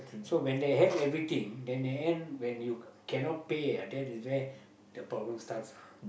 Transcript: so when they have everything then the end when you cannot pay that is where the problem starts